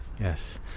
Yes